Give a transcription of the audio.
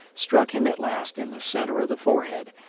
struck him at last in the centre of the forehead.